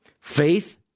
Faith